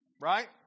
Right